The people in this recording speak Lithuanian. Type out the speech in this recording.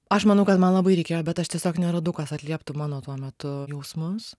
aš manau kad man labai reikėjo bet aš tiesiog neradau kas atlieptų mano tuo metu jausmus